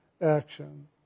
action